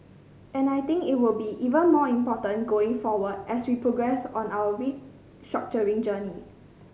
and I think it will be even more important going forward as we progress on our restructuring journey